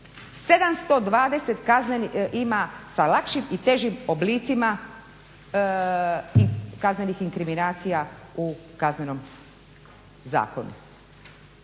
720 ima sa lakšim i težim oblicima kaznenih inkriminacija u Kaznenom zakonu